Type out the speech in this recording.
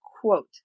quote